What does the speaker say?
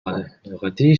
redire